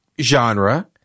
genre